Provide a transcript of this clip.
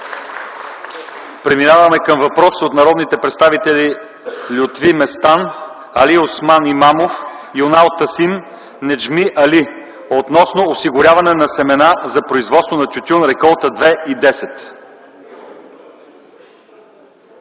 Преминаваме към въпрос от народните представители Лютви Местан, Алиосман Имамов, Юнал Тасим, Неджми Али относно осигуряване на семена за производство на тютюн – реколта 2010